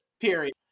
Period